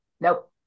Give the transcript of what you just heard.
Nope